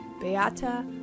Beata